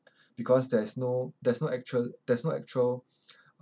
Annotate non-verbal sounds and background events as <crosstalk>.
<breath> because there is no there's no actual there's no actual